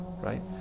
right